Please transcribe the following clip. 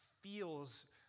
feels